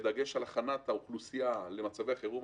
בדגש על הכנת האוכלוסייה למצבי חירום,